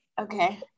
Okay